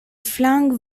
flung